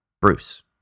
Bruce